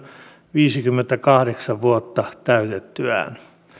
viisikymmentäkahdeksan vuotta täytettyään